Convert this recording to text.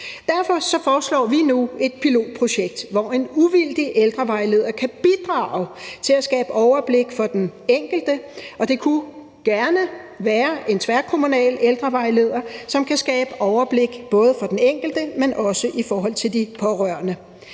Derfor foreslår vi nu et pilotprojekt, hvor en uvildig ældrevejleder kan bidrage til at skabe overblik for den enkelte. Og det kunne godt være en tværkommunal ældrevejleder, som kan skabe overblik, både for den enkelte, men også i forhold til de pårørende.